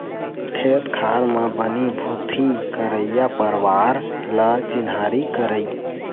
खेत खार म बनी भूथी करइया परवार ल चिन्हारी करई